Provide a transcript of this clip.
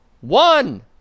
One